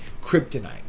kryptonite